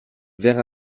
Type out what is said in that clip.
vers